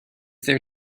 there